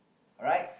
alright